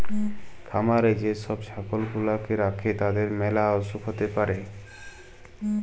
খামারে যে সব ছাগল গুলাকে রাখে তাদের ম্যালা অসুখ হ্যতে পারে